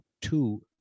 two